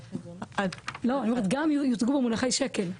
אני אומרת גם יוצגו במונחי שקל,